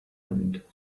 end